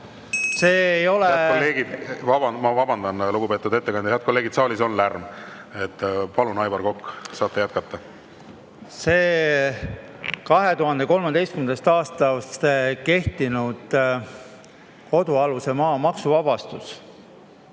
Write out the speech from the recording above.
Head kolleegid! Ma vabandan, lugupeetud ettekandja! Head kolleegid, saalis on lärm. Palun, Aivar Kokk! Saate jätkata. See 2013. aastast kehtinud kodualuse maa maksuvabastus